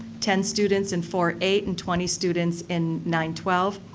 ten students in four eight, and twenty students in nine twelve.